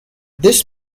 this